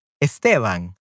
Esteban